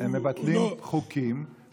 הם מבטלים חוקים,